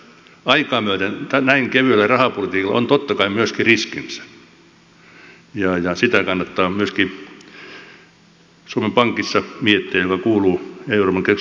aikaa myöten näin kevyellä rahapolitiikalla on totta kai myöskin riskinsä ja sitä kannattaa miettiä myöskin suomen pankissa joka kuuluu euroopan keskuspankkijärjestelmään